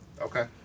Okay